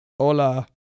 Hola